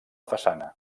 façana